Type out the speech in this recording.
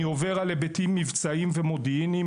אני עובר להיבטים מבצעיים ומודיעיניים,